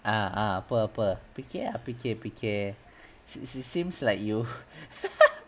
ah ah apa apa fikir ah fikir fikir is it seems like you